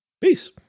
peace